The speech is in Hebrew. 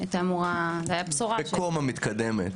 בקומה מתקדמת.